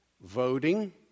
voting